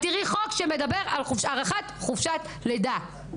את תראי חוק שמדבר על הארכת חופשת לידה.